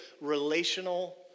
relational